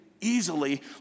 easily